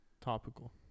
topical